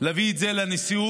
להביא את זה לנשיאות